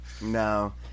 No